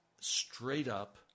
straight-up